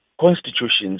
constitutions